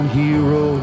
hero